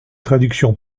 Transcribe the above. traduction